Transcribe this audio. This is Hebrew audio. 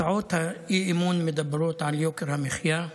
הצעות האי-אמון מדברות על יוקר המחיה,